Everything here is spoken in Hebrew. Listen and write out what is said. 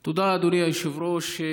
תודה, אדוני היושב-ראש.